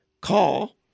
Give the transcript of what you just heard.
call